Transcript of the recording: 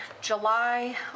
July